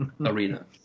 arena